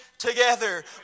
together